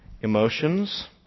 emotions